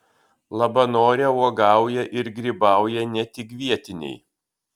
labanore uogauja ir grybauja ne tik vietiniai